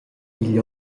igl